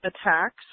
attacks